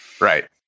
Right